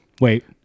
Wait